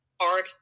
hard